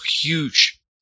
huge